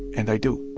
and i do.